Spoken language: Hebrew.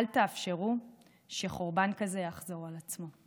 אל תאפשרו שחורבן כזה יחזור על עצמו".